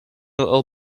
little